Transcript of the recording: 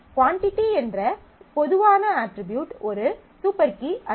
quantity என்ற பொதுவான attribute ஒரு சூப்பர் கீ அல்ல